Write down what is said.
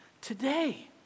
today